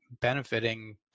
benefiting